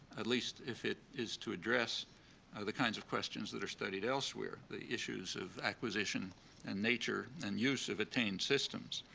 at least if it is to address the kinds of questions that are studied elsewhere, the issues of acquisition and nature and use of attained systems,